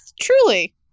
truly